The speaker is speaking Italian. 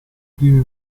primi